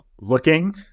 looking